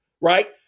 Right